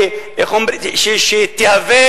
שתהווה